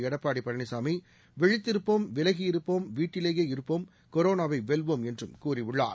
எடப்பாடி பழனிசாமி விழித்திருப்போம் விலகியிருப்போம் வீட்டிலே இருப்போம் கொரோனாவை வெல்வோம் என்றும் கூறியுள்ளார்